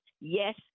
yes